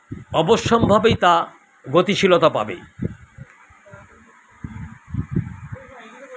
অবশ্যম্ভাবী তা গতিশীলতা পাবে